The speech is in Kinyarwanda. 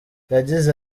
yagize